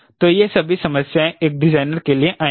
तो यह सभी समस्याएं एक डिजाइनर के लिए आएंगी